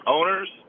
Owners